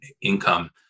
income